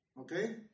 Okay